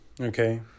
okay